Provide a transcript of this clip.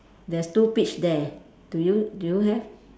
there's two peach there do you do you have